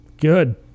good